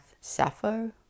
Sappho